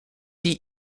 die